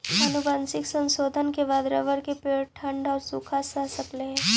आनुवंशिक संशोधन के बाद रबर के पेड़ ठण्ढ औउर सूखा सह सकऽ हई